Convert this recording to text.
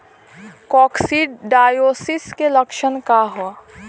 Coccidiosis के लक्षण का ह?